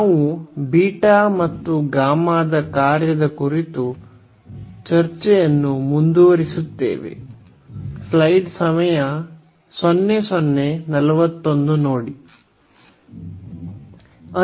ನಾವು ಬೀಟಾ ಮತ್ತು ಗಾಮಾ ಕಾರ್ಯದ ಕುರಿತು ಚರ್ಚೆಯನ್ನು ಮುಂದುವರಿಸುತ್ತೇವೆ